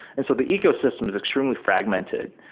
and so the ecosystem is extremely fragmented.